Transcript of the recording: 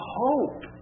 hope